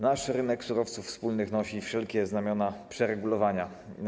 Nasz rynek surowców wtórnych nosi wszelkie znamiona przeregulowania.